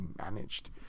managed